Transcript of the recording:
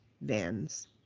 vans